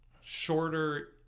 shorter